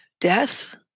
death